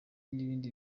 n’ibindi